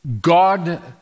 God